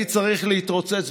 תעשו